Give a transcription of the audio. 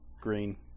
Green